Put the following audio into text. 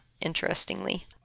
interestingly